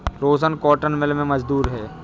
रोशन cotton mill में मजदूर है